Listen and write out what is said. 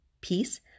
peace